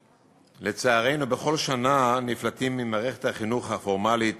לצערנו, בכל שנה נפלטים ממערכת החינוך הפורמלית